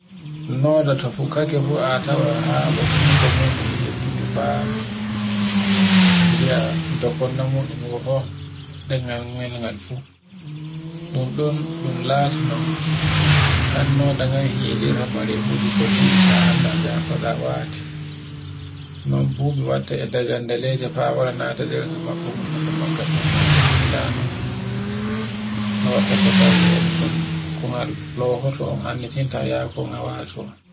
Noda to fukkake fu a tawa haɓo hunduko muɗum e heteni fa gi'a dokkone muɗum wurto e ɗengal ngal ngal fu. Ɗun ɗon ɗun lati non kannoɗa ngan helirta marefuji ɗin koddidi ta annda jako ɗa wati. Non bubi watta e dagandaleji fa wara nata nder nga maɓɓa hunduko magga ɗun ɗo fu hila non. No watta ko tawe e ɗun ko ngal lohoto a anditinta e nga yaha ko nga wato.